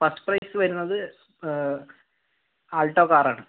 first prize വരുന്നത് Alto കാറാണ്